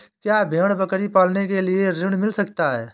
क्या भेड़ बकरी पालने के लिए ऋण मिल सकता है?